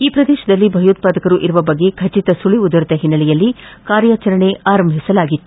ಈ ಪ್ರದೇಶದಲ್ಲಿ ಭಯೋತ್ಪಾದಕರು ಇರುವ ಬಗ್ಗೆ ಖಚಿತ ಸುಳವು ದೊರೆತ ಹಿನ್ನೆಲೆಯಲ್ಲಿ ಕಾರ್ಯಾಚರಣೆ ಆರಂಭಿಸಲಾಗಿತ್ತು